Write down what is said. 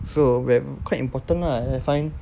so when quite important lah I find